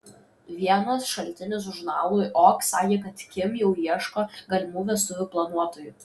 vienas šaltinis žurnalui ok sakė kad kim jau ieško galimų vestuvių planuotojų